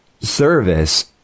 service